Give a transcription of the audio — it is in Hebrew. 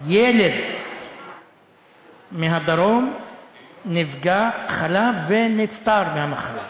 ילד מהדרום נפגע, חלה ונפטר מהמחלה.